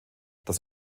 das